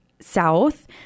South